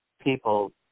people